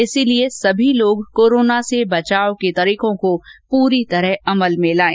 इसीलिए सभी लोग कोरोना से बचाव के तरीकों को पूरी तरह अमल में लाएं